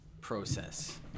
process